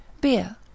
BEER